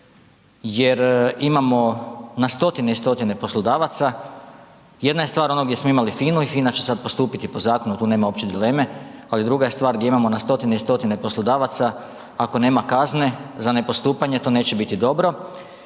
jer imamo na 100-tine i 100-tine poslodavaca, jedan je stvar ono gdje smo imali FINU i FINA će sad postupiti po zakonu, tu nema uopće dileme, ali druga je stvar gdje imamo na 100-tine i 100-tine poslodavaca, ako nema kazne za ne postupanje to neće biti dobro.